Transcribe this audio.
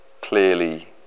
clearly